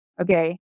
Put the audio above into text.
okay